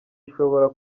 ishobora